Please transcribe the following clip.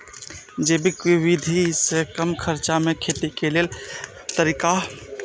जैविक विधि से कम खर्चा में खेती के लेल तरीका?